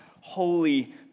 holy